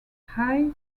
hay